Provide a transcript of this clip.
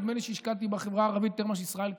נדמה לי שהשקעתי בחברה הערבית יותר מאשר ישראל כץ,